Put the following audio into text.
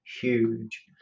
huge